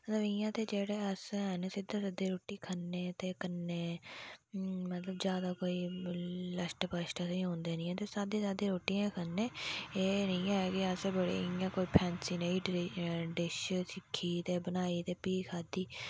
मतलब इयां ते जेहड़ा अस रुट्टी खन्ने ते कन्नै मतलब ज्यादा कोई लश्ट पश्ट ओंदे नेईं ऐ ना ते साद्दे साद्दी रुट्टियां खन्ने एह् नेंई है कि अस बड़े इयां कोई फैंसी डिश सिक्खी ते बनाई ते फ्ही खाद्धी